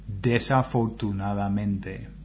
desafortunadamente